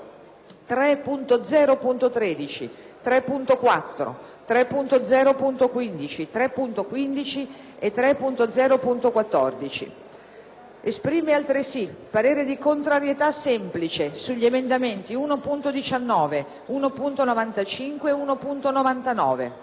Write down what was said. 3.0.13, 3.4, 3.0.15, 3.5 e 3.0.14. Esprime, altresì, parere di contrarietà semplice sugli emendamenti 1.19, 1.95 e 1.99.